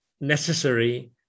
necessary